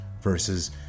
versus